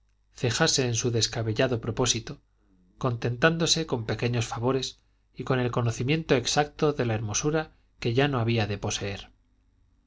cejase en su descabellado propósito contentándose con pequeños favores y con el conocimiento exacto de la hermosura que ya no había de poseer